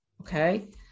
okay